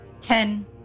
ten